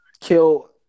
Kill